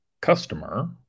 customer